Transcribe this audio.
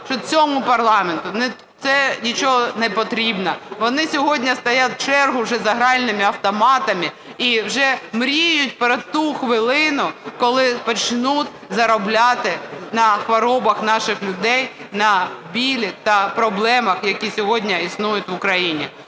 що цьому парламенту це нічого не потрібно. Вони сьогодні стоять у чергу вже за гральними автоматами, і вже мріють про ту хвилину, коли почнуть заробляти на хворобах наших людей, на болю та проблемах, які сьогодні існують в Україні.